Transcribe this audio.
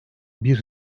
bir